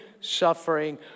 suffering